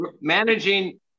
managing